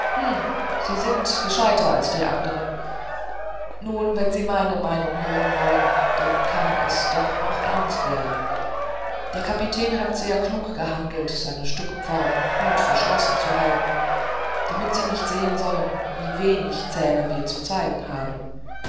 sie sind gescheiter als die anderen nun wenn sie meine meinung hören wollen dann kann es noch ernst werden der kapitän hat sehr klug gehandelt seine stückpforten gut verschlossen zu halten damit sie nicht sehen sollten wie wenig zähne wir zu zeigen haben